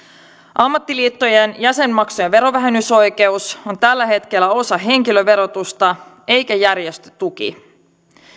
ammattiliittojen jäsenmaksujen verovähennysoikeus on tällä hetkellä osa henkilöverotusta eikä järjestötuki